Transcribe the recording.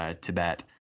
Tibet